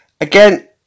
again